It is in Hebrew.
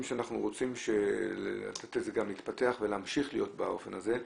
שאנחנו רוצים לתת לזה להתפתח ולהמשיך להיות באופן הזה.